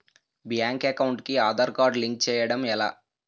Bank account కి Aadhaar card link చేయడం ఎలా?